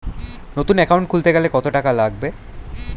নতুন একাউন্ট খুলতে গেলে কত টাকা লাগবে?